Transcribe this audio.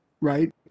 right